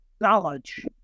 knowledge